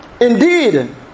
Indeed